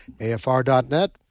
AFR.net